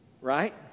right